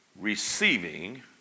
receiving